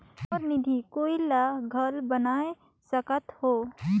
मोर निधि कोई ला घल बना सकत हो?